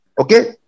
Okay